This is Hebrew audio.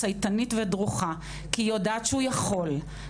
צייתנית ודרוכה כי היא יודעת שהוא יכול.